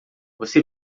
você